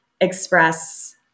express